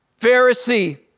Pharisee